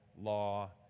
law